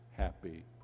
Happy